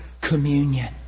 communion